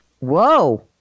Whoa